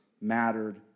mattered